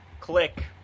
Click